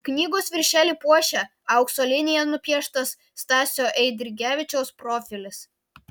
knygos viršelį puošia aukso linija nupieštas stasio eidrigevičiaus profilis